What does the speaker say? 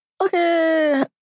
Okay